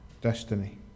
destiny